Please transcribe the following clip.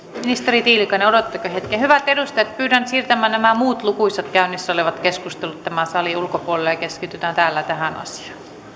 ministeri tiilikainen odotatteko hetken hyvät edustajat pyydän nyt siirtämään nämä muut lukuisat käynnissä olevat keskustelut tämän salin ulkopuolelle ja keskitytään täällä tähän asiaan